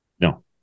No